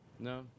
No